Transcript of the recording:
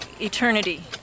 eternity